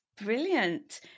Brilliant